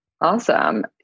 Awesome